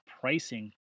pricing